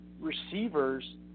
receivers